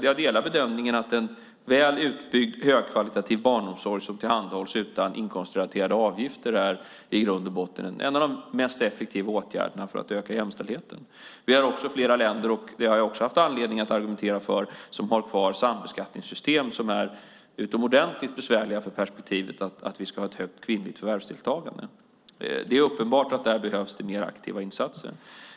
Jag delar bedömningen att en väl utbyggd, högkvalitativ barnomsorg som tillhandahålls utan inkomstrelaterade avgifter i grund och botten är en av de mest effektiva åtgärderna för att öka jämställdheten. Vi har flera länder som har kvar sambeskattningssystem som är utomordentligt besvärliga för perspektivet att vi ska ha ett högt kvinnligt förvärvsdeltagande. Det är uppenbart att det där behövs mer aktiva insatser.